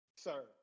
Sir